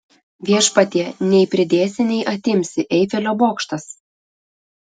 viešpatie nei pridėsi nei atimsi eifelio bokštas